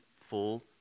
full